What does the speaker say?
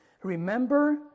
Remember